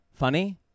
Funny